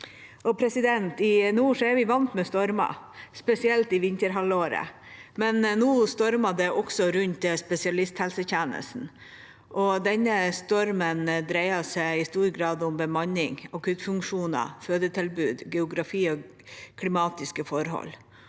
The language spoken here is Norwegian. I nord er vi vant til stormer, spesielt i vinterhalvåret, men nå stormer det også rundt spesialisthelsetjenesten. Denne stormen dreier seg i stor grad om bemanning, akuttfunksjoner, fødetilbud, geografi og klimatiske forhold.